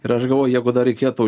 ir aš galvoju jeigu dar reikėtų